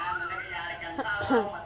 Cultivator ಉಪಕರಣ ಯಾವದಕ್ಕ ಸಂಬಂಧ ಪಟ್ಟಿದ್ದು?